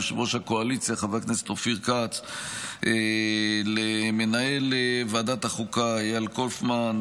ליושב-ראש הקואליציה חבר הכנסת אופיר כץ ולמנהל ועדת החוקה איל קופמן.